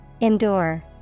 Endure